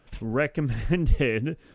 recommended